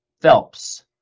Phelps